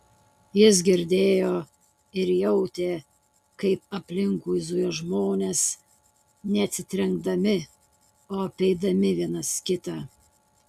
jis girdėjo ir jautė kaip aplinkui zuja žmonės ne atsitrenkdami o apeidami vienas kitą